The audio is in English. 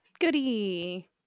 Goody